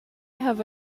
have